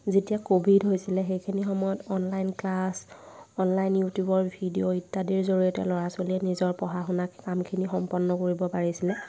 যেতিয়া ক'ভিড হৈছিলে সেইখিনি সময়ত অনলাইন ক্লাচ অনলাইন ইউটিউবৰ ভিডিঅ' ইত্যাদিৰ জৰিয়তে ল'ৰা ছোৱালীয়ে নিজৰ পঢ়া শুনাৰ কামখিনি সম্পন্ন কৰিব পাৰিছিলে